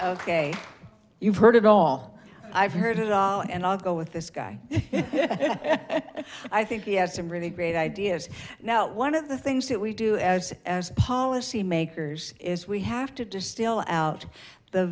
ok you've heard it all i've heard it all and i'll go with this guy i think he has some really great ideas now one of the things that we do as policy makers is we have to distill out the